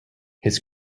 his